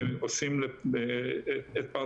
והם עושים את פרנסתם,